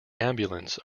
ambulance